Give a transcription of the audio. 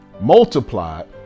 multiplied